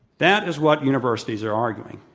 that is what universities are arguing.